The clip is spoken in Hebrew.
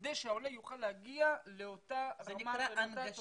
כדי שהעולה יוכל להגיע לאותה רמה של --- זה נקרא הנגשה,